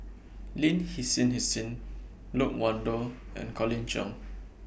Lin Hsin Hsin Loke Wan Tho and Colin Cheong